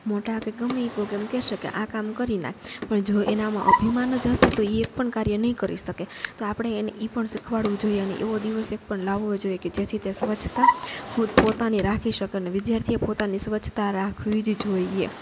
મોટા કે ગમે એ કોક એમ કહેશે કે આ કામ કરી નાખ હવે જો એનામાં અભિમાન જ હશે તો એ એક પણ કાર્ય નહીં કરી શકે તો આપણે એને એ પણ શિખવાડવું જોઈએ અને એવો દિવસ એક પણ લાવવો જોઈએ કે જેથી તે સ્વચ્છતા પોતપોતાની રાખી શકે અને વિદ્યાર્થીએ પોતાની સ્વચ્છતા રાખવી જ જોઈએ